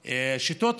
השיטות,